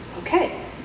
okay